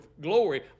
glory